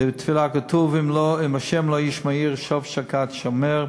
כתוב: "אם ה' לא ישמֹר עיר שוא שקד שומר".